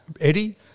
Eddie